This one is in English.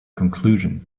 conclusion